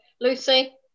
Lucy